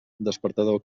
despertador